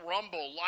Rumble